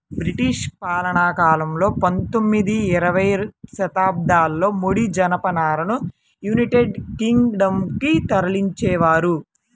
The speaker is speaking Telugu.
బ్రిటిష్ పాలనాకాలంలో పందొమ్మిది, ఇరవై శతాబ్దాలలో ముడి జనపనారను యునైటెడ్ కింగ్ డం కు తరలించేవారు